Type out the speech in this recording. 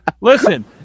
Listen